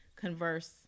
converse